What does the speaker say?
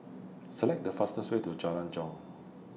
Select The fastest Way to Jalan Jong